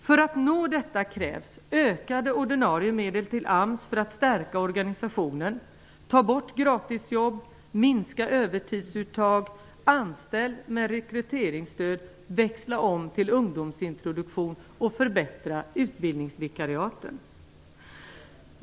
För att nå detta krävs ökade ordinarie medel till AMS för att stärka organisationen samt att man tar bort gratisjobben, minskar övertidsuttagen, anställer med rekryteringsstöd, växlar om till ungdomsintroduktion och förbättrar utbildningsvikariaten.